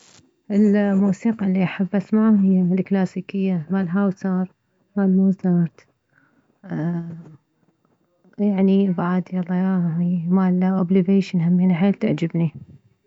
الموسيقى ايلي احب اسمعها هي الكلاسيكية مالهاوسر مالموزارت يعني بعد يلا يا هي بعد مال oblivin هم حيل تعجبني